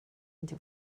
into